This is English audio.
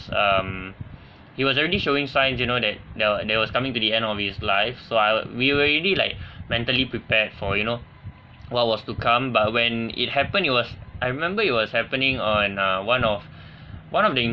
um he was already showing signs you know that there there was coming to the end of his life so I'll we already like mentally prepared for you know what was to come but when it happened it was I remember it was happening on a one of one of the